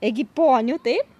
ėgi ponių taip